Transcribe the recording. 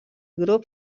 grup